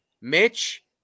Mitch